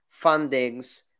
fundings